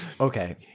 Okay